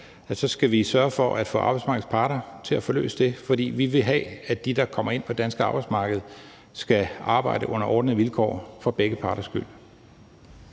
skal sørge for at få arbejdsmarkedets parter til at få løst det, for vi vil have, at dem, der kommer ind på det danske arbejdsmarked, skal arbejde under ordnede vilkår – for begge parters skyld.